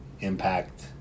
Impact